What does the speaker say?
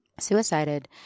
Suicided